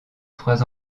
trois